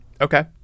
okay